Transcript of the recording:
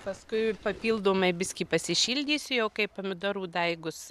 paskui papildomai biskį pasišildysiu jau kaip pomidorų daigus